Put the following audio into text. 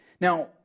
Now